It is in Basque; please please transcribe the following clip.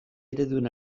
ereduen